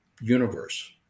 universe